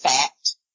fact